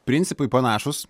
principai panašūs